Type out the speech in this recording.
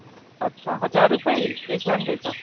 अच्छा हज़ार रूपये ही एक बंदे का